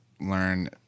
learn